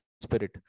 spirit